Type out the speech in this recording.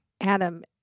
Adam